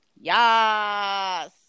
Yes